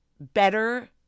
better